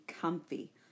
comfy